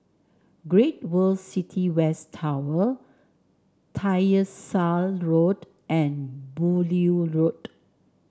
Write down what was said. Great World City West Tower Tyersall Road and Beaulieu Road